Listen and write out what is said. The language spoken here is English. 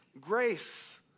Grace